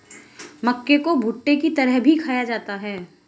मक्के को भुट्टे की तरह भी खाया जाता है